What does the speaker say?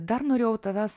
dar norėjau tavęs